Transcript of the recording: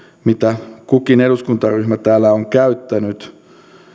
mitä kukin eduskuntaryhmä täällä on käyttänyt